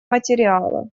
материала